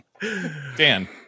Dan